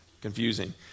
confusing